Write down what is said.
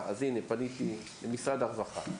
פניתי למשרד הרווחה.